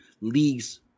leagues